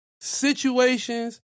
situations